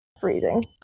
freezing